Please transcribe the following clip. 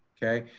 okay?